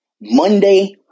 Monday